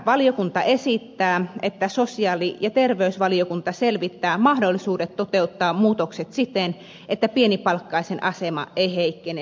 valiokunta esittää että sosiaali ja terveysvaliokunta selvittää mahdollisuudet toteuttaa muutokset siten että pienipalkkaisten asema ei heikkene nykyisestä